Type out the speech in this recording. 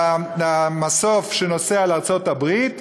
למסוף של הנוסעים לארצות-הברית,